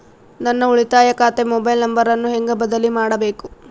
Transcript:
ನನ್ನ ಉಳಿತಾಯ ಖಾತೆ ಮೊಬೈಲ್ ನಂಬರನ್ನು ಹೆಂಗ ಬದಲಿ ಮಾಡಬೇಕು?